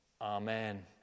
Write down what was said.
Amen